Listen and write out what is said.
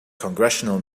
congressional